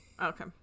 Okay